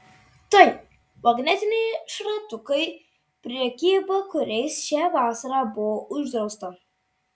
tai magnetiniai šratukai prekyba kuriais šią vasarą buvo uždrausta